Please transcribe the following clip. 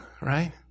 Right